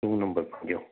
number ॿियों